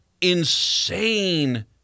insane